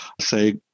say